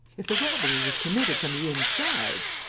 if the robbery was committed from the inside.